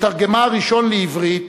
מתרגמה הראשון לעברית